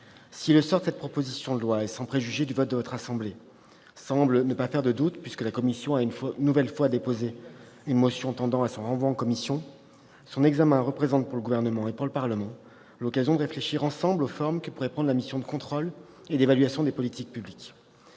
Si le sort de cette proposition de loi, sans préjuger le vote de votre assemblée, semble ne pas faire de doute- la commission ayant une nouvelle fois déposé une motion tendant à son renvoi à la commission -, son examen représente, pour le Gouvernement et le Parlement, l'occasion de réfléchir ensemble aux formes que pourrait prendre la mission de contrôle et d'évaluation des politiques publiques.